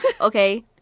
okay